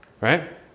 right